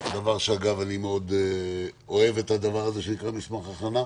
אני מאוד אוהב את הדבר הזה שנקרא "מסמך הכנה",